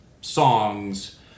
songs